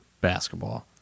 basketball